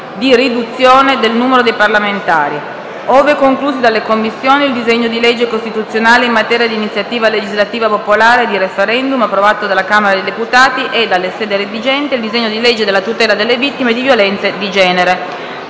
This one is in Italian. di riduzione del numero dei parlamentari; ove conclusi dalle Commissioni, il disegno di legge costituzionale in materia di iniziativa legislativa popolare e di *referendum*, approvato dalla Camera dei deputati, e, dalla sede redigente, il disegno di legge sulla tutela delle vittime di violenza di genere.